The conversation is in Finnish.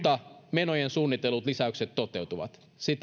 menojen suunnitellut lisäykset toteutuvat hallitus on tiedottanut